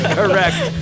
correct